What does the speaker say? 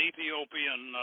Ethiopian